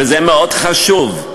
וזה מאוד חשוב,